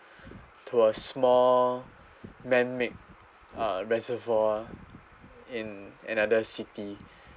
to a small man made uh reservoir in another city